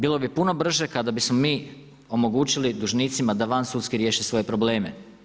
Bilo bi puno brže kada bismo mi omogućili dužnicima da vansudski riješe svoje probleme.